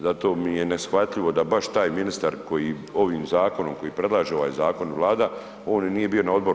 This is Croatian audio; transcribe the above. Zato mi je neshvatljivo da baš taj ministar koji ovim zakonom koji predlaže ovaj zakon Vlada on nije bio na odboru.